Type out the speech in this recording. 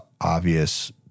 obvious